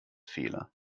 fehler